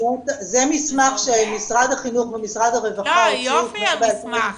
זה מסמך שמשרד החינוך ומשרד הרווחה הוציאו --- יופי המסמך.